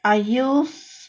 I use